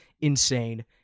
insane